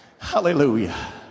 hallelujah